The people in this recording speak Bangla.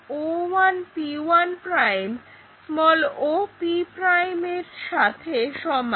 o1p1 op এর সাথে সমান